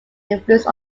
influence